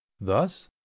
thus